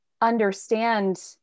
understand